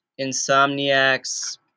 insomniac's